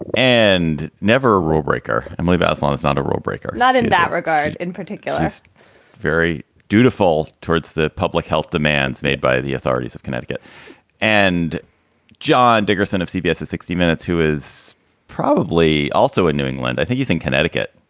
and never a rule breaker. emily bethen is not a rule breaker. not in that regard. in particular, he's so very dutiful towards the public health demands made by the authorities of connecticut and john dickerson of cbs sixty minutes, who is probably also in new england. i think you think connecticut.